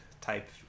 type